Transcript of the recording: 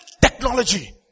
technology